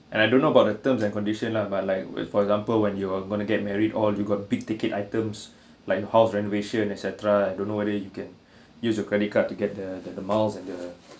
and I don't know about the terms and condition lah but like with for example when you are going to get married all you got big ticket items like house renovation etcetera I don't whether you can use your credit card to get the the miles and the